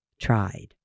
tried